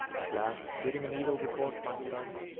at last, fearing an evil report might arise,